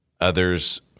Others